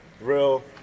Real